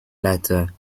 latter